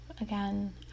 again